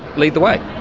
lead the way.